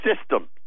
system